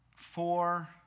four